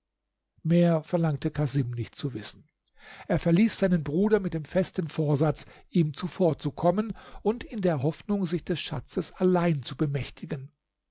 mehr verlangte casim nicht zu wissen er verließ seinen bruder mit dem festen vorsatz ihm zuvorzukommen und in der hoffnung sich des schatzes allein zu bemächtigen